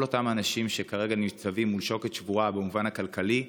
אותם אנשים שכרגע ניצבים מול שוקת שבורה במובן הכלכלי,